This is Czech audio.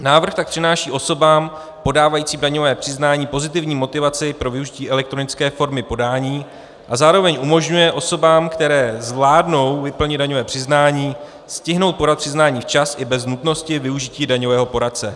Návrh tak přináší osobám podávajícím daňové přiznání pozitivní motivaci pro využití elektronické formy podání a zároveň umožňuje osobám, které zvládnou vyplnit daňové přiznání, stihnout podat přiznání včas i bez nutnosti využití daňového poradce.